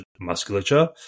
musculature